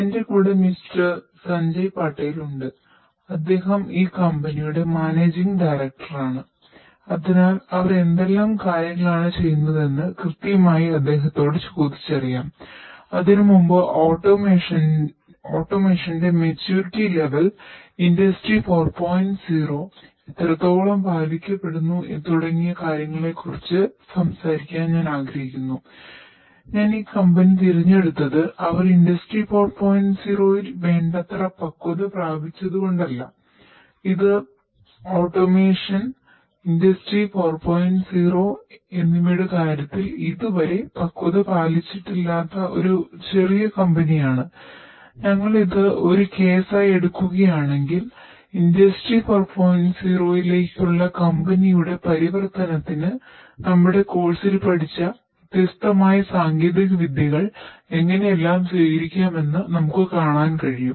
എന്റെ കൂടെ മിസ്റ്റർ സഞ്ജയ് പട്ടേൽ പഠിച്ച വ്യത്യസ്തമായ സാങ്കേതികവിദ്യകൾ എങ്ങനെയെല്ലാം സ്വീകരിക്കാമെന്ന് നമുക്ക് കാണാൻ കഴിയും